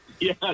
yes